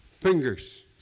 Fingers